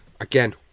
Again